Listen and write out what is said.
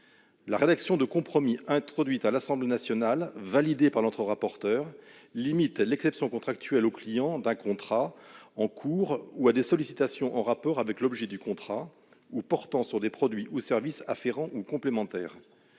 La rédaction de compromis introduite par l'Assemblée nationale et validée par notre rapporteur limite l'exception contractuelle aux clients d'un contrat en cours ou à des sollicitations en rapport avec l'objet du contrat ou portant sur des produits ou services afférents ou complémentaires.